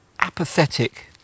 apathetic